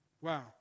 Wow